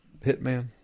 hitman